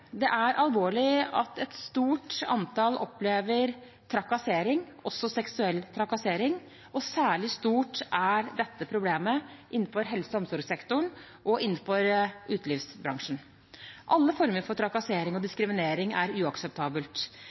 Det er alvorlig at et stort antall opplever trakassering, også seksuell trakassering, og særlig stort er dette problemet innenfor helse- og omsorgssektoren og innenfor utelivsbransjen. Alle former for trakassering og diskriminering er uakseptabelt.